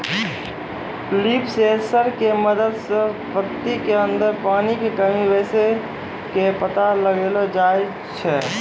leaf sensor के मदद सॅ पत्ती के अंदर पानी के कमी बेसी के पता लगैलो जाय छै